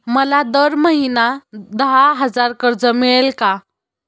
मला दर महिना दहा हजार कर्ज मिळेल का?